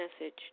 message